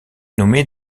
nommé